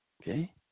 okay